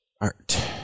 Art